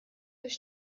durch